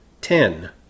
Ten